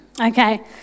Okay